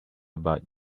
about